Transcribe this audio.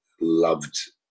loved